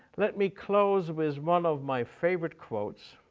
let me close with one of my favorite quotes,